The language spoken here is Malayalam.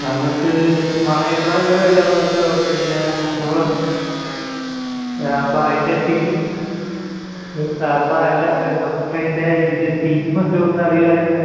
നമുക്ക് മറൈൻ ഡ്രൈവിലെ വർക്ക് നോക്കി കൊള്ളാം അപ്പോൾ അതിൻ്റെ തീം ഇത് അപ്പോൾ അല്ല നമുക്ക് അതിൻ്റെ ഇത് തീമൊക്കെ ഒന്ന് അറിയുവായിരുന്നേൽ